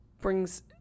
brings